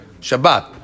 Shabbat